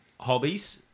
Hobbies